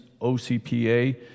OCPA